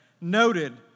noted